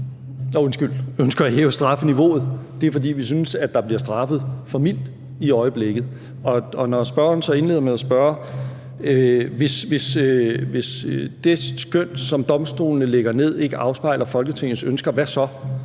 derfor, vi ønsker at hæve strafniveauet; det er, fordi vi synes, at der bliver straffet for mildt i øjeblikket. Og når spørgeren så indleder med at spørge: Hvis det skøn, som domstolene lægger ned, ikke afspejler Folketingets ønsker, hvad så?